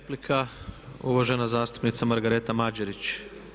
Replika uvažena zastupnica Margareta Mađerić.